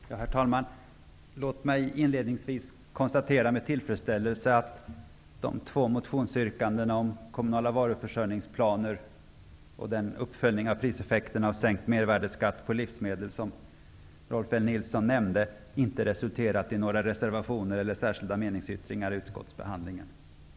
Herr talman! Låt mig inledningsvis konstatera med tillfredsställelse att de två motionsyrkandena om kommunala varuförsörjningsplaner och om uppföljning av priseffekterna av sänkt mervärdesskatt på livsmedel, som Rolf L. Nilson, nämnde, inte har resulterat i några reservationer eller särskilda meningsyttringar i utskottsbehandlingen.